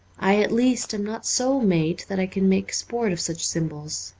i at least am not so made that i can make sport of such symbols.